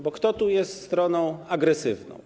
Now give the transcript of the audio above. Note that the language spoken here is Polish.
Bo kto tu jest stroną agresywną?